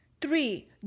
Three